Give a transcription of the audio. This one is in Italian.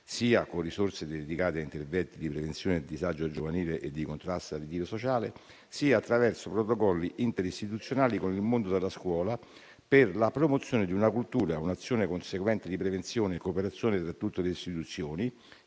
sia con risorse dedicate a interventi di prevenzione del disagio giovanile e di contrasto al ritiro sociale, sia attraverso protocolli interistituzionali con il mondo della scuola, per la promozione di una cultura e di un'azione conseguente di prevenzione e cooperazione tra tutte le istituzioni,